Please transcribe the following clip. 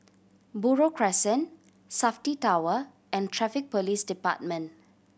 Buroh Crescent Safti Tower and Traffic Police Department